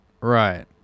Right